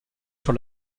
sur